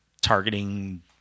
targeting